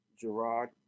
Gerard